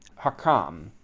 hakam